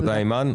תודה, אימאן.